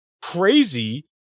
crazy